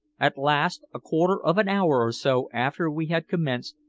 at last, a quarter of an hour or so after we had commenced,